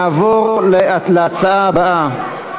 נעבור להצעה הבאה,